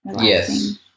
Yes